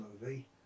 movie